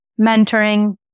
mentoring